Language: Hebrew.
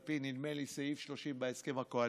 נדמה לי על פי סעיף 30 בהסכם הקואליציוני,